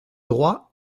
droit